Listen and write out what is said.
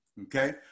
okay